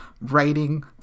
writing